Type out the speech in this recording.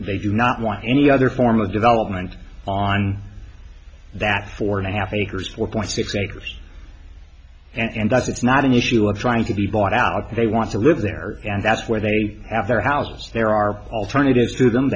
and they do not want any other form of development on that four and a half acres four point six acres and that's not an issue of trying to be bought out they want to live there and that's where they have their house there are alternatives to them